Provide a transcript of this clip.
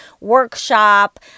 workshop